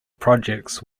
projects